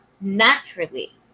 naturally